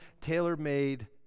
tailor-made